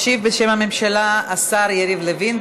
ישיב בשם הממשלה השר יריב לוין.